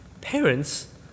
parents